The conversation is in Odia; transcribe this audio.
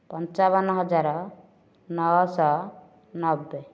ପଞ୍ଚାବନ ହଜାର ନଅ ଶହ ନବେ